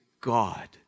God